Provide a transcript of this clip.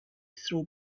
throw